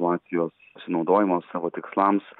situacijos pasinaudojimo savo tikslams